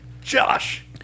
Josh